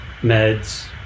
meds